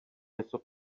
něco